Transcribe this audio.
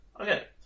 Okay